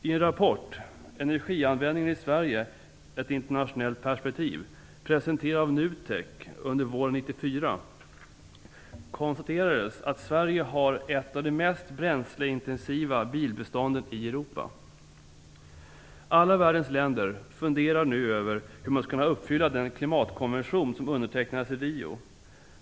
I rapporten Energianvändningen i Sverige, ett internationellt perspektiv, presenterad av NUTEK under våren 1994, konstateras att Sverige har ett av de mest bränsleintensiva bilbestånden i Europa. Alla världens länder funderar nu över hur man skall kunna uppfylla den klimatkonvention som undertecknades i Rio.